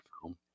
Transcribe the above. film